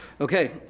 Okay